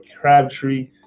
Crabtree